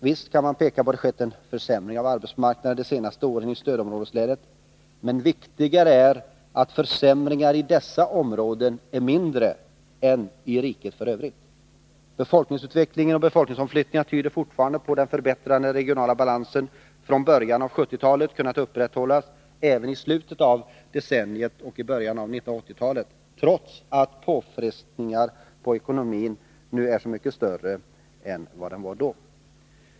Visst kan man peka på att det skett en försämring av arbetsmarknaden de senaste åren i stödområdeslänen, men viktigare är att försämringarna i dessa områden är mindre än i riket för övrigt. Befolkningsutveckling och befolkningsomflyttningar tyder fortfarande på att den förbättrade regionala balansen från början av 1970-talet har kunnat upprätthållas även i slutet av decenniet och i början av 1980-talet, trots att påfrestningarna på ekonomin nu är så mycket större än då.